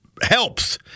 helps